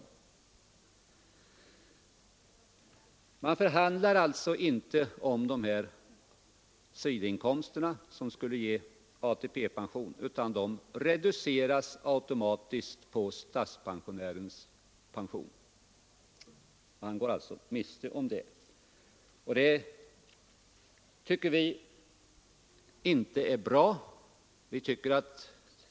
Man förhandlar alltså inte om sidoinkomsterna, som skulle kunna ge ATP-pension, utan reduceringar sker automatiskt. Statspensionärerna går därmed miste om en högre pension. Vi tycker att detta inte är bra.